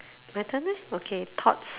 my turn meh okay thoughts